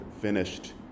finished